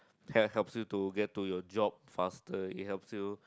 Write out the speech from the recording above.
help helps you to get to your job faster it helps you